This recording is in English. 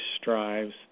strives